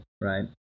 right